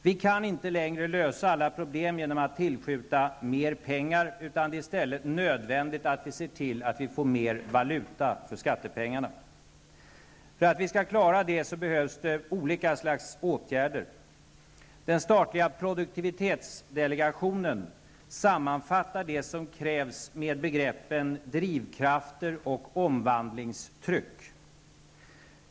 Vi kan inte längre lösa alla problem genom att tillskjuta mer pengar, utan det är i stället nödvändigt att vi ser till att vi får mer valuta för skattepengarna. För att vi skall klara det behövs det olika slags åtgärder. Den statliga produktivitetsdelegationen sammanfattar det som krävs med begreppen drivkrafter och omvandlingstryck.